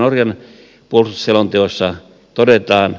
norjan puolustusselonteossa todetaan